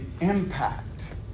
impact